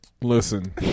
Listen